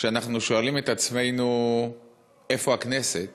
כשאנחנו שואלים את עצמנו איפה הכנסת,